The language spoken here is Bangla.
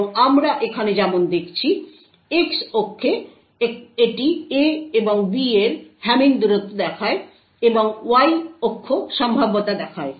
এবং আমরা এখানে যেমন দেখছি X অক্ষে এটি A এবং B এর মধ্যে হ্যামিং দূরত্ব দেখায় এবং Y অক্ষ সম্ভাব্যতা দেখায়